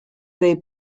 they